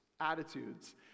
Attitudes